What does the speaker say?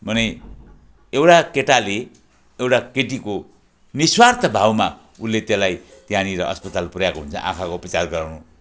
माने एउटा केटाले एउटा केटीको निःस्वार्थ भावमा उसले त्यसलाई त्यहाँनिर अस्पताल पुर्याएको हुन्छ आँखाको उपचार गराउनु